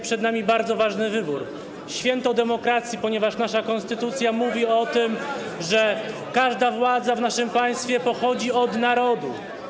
Przed nami bardzo ważny wybór, święto demokracji, ponieważ nasza konstytucja mówi o tym, że każda władza w naszym państwie pochodzi od narodu.